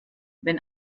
wenn